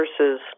versus